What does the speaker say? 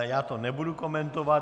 Já to nebudu komentovat.